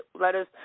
letters